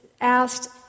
asked